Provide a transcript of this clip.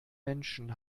menschen